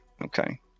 okay